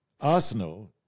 Arsenal